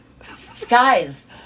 Skies